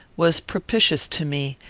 was propitious to me,